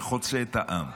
שחוצה את העם.